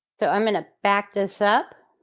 so i'm going to back this up.